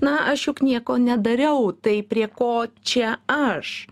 na aš juk nieko nedariau tai prie ko čia aš